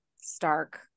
stark